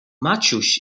maciuś